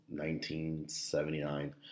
1979